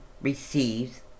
receives